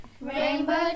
Rainbow